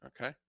okay